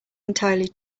entirely